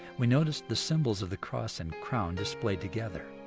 we noticed the symbols of the cross and crown displayed together.